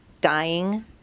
dying